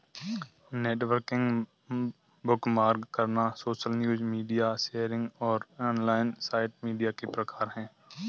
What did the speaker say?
networking, bookmark करना, social news, media sharing और online site media के प्रकार हैं